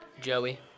Joey